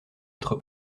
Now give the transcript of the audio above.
être